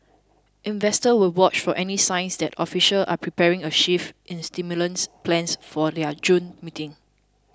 investors will watch for any signs that officials are preparing a shift in stimulus plans for their June meeting